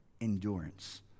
endurance